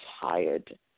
tired